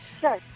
Sure